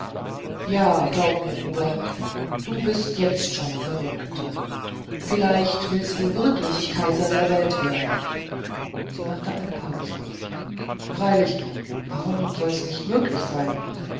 ja glaub mir buberl du bist jetzt schon verrückt vielleicht willst du wirklich kaiser der welt werden sie machte eine pause freilich warum soll's nicht möglich sein